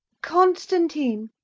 constantine!